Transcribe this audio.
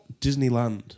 Disneyland